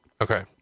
Okay